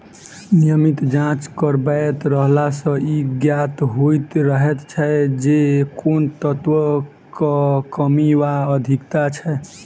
नियमित जाँच करबैत रहला सॅ ई ज्ञात होइत रहैत छै जे कोन तत्वक कमी वा अधिकता छै